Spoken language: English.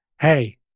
Hey